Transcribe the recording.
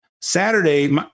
Saturday